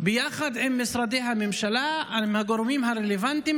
ביחד עם משרדי הממשלה ועם הגורמים הרלוונטיים,